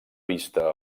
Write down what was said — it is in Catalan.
vista